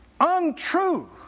Untrue